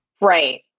Right